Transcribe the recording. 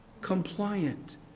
compliant